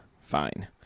fine